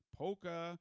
polka